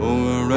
Over